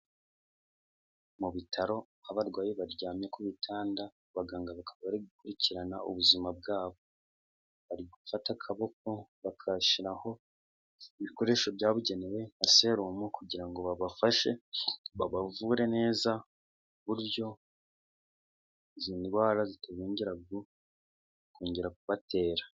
Mu bitaro, abarwayi baryamye ku bitanda abaganga bakaba bari gukurikirana ubuzima bwabo, bari gufata akaboko bagashyiraho ibikoresho byabugenewe nka serumu kugira ngo babafashe babavure neza, ku buryo izi ndwara zitazongera kongera kubatera.